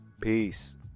Peace